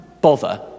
bother